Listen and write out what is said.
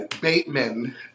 Bateman